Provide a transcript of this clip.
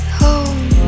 home